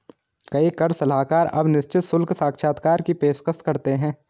कई कर सलाहकार अब निश्चित शुल्क साक्षात्कार की पेशकश करते हैं